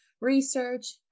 research